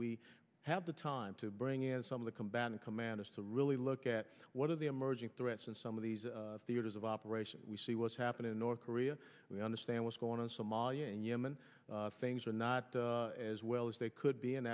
we had the time to bring in some of the combatant commanders to really look at what are the emerging threats and some of these theaters of operation we see what's happening in north korea we understand what's going on somalia and yemen things are not as well as they could be in